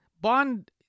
Bond